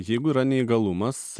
jeigu yra neįgalumas